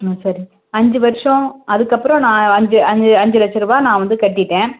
ஆ சரி அஞ்சு வருஷம் அதுக்கப்புறோம் நான் அஞ்சு அஞ்சு அஞ்சு லட்சம்ரூபா நான் வந்து கட்டிவிட்டேன்